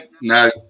No